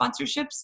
sponsorships